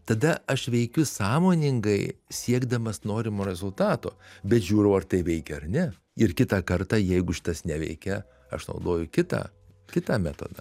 tada aš veikiu sąmoningai siekdamas norimo rezultato bet žiūriu ar tai veikia ar ne ir kitą kartą jeigu šitas neveikia aš naudoju kitą kitą metodą